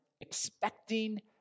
expecting